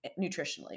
nutritionally